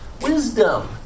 Wisdom